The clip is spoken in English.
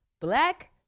black